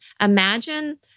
imagine